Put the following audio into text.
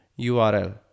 url